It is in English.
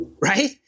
right